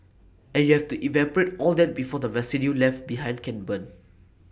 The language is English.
and you have to evaporate all that before the residue left behind can burn